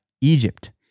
Egypt